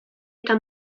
eta